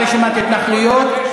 חבר הכנסת אבו עראר,